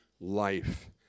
life